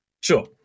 Sure